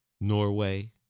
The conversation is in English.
Norway